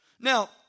Now